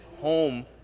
home